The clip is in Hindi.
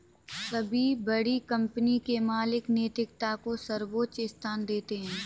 सभी बड़ी कंपनी के मालिक नैतिकता को सर्वोच्च स्थान देते हैं